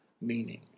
meaning